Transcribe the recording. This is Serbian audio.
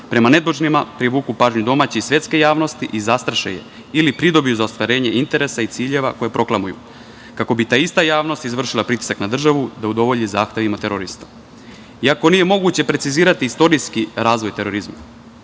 prema nedužnima privuku pažnju domaće i svetske javnosti i zastraše je ili pridobiju zastarenje interesa i ciljeva koje proklamuju. Kako bi ta ista javnost izvršila pritisak na državu da udovolji zahtevima terorista, iako nije moguće precizirati istorijski razvoj terorizma. Ova